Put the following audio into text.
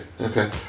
Okay